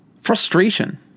Frustration